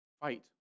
fight